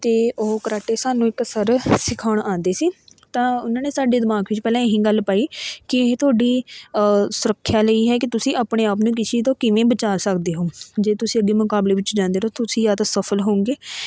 ਅਤੇ ਉਹ ਕਰਾਟੇ ਸਾਨੂੰ ਇੱਕ ਸਰ ਸਿਖਾਉਣ ਆਉਂਦੇ ਸੀ ਤਾਂ ਉਹਨਾਂ ਨੇ ਸਾਡੇ ਦਿਮਾਗ ਵਿੱਚ ਪਹਿਲਾਂ ਇਹੀ ਗੱਲ ਪਾਈ ਕਿ ਇਹ ਤੁਹਾਡੀ ਸੁਰੱਖਿਆ ਲਈ ਹੈ ਕਿ ਤੁਸੀਂ ਆਪਣੇ ਆਪ ਨੂੰ ਕਿਸੇ ਤੋਂ ਕਿਵੇਂ ਬਚਾ ਸਕਦੇ ਹੋ ਜੇ ਤੁਸੀਂ ਅੱਗੇ ਮੁਕਾਬਲੇ ਵਿੱਚ ਜਾਂਦੇ ਰਹੋ ਤੁਸੀਂ ਜਾਂ ਤਾਂ ਸਫਲ ਹੋਊਗੇ